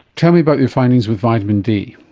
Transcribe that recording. tell me about your findings with vitamin d.